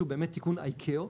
שהוא באמת תיקון ICAO,